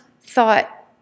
thought